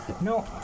no